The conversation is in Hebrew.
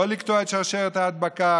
ולא לקטוע את שרשרת ההדבקה.